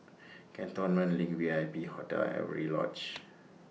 Cantonment LINK V I P Hotel and Avery Lodge